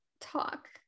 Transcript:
talk